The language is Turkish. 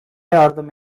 yardım